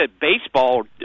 baseball